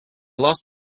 lost